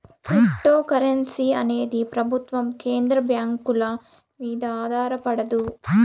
cryptocurrency అనేది ప్రభుత్వం కేంద్ర బ్యాంకుల మీద ఆధారపడదు